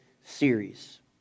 series